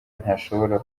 ntashobora